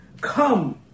Come